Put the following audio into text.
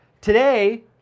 Today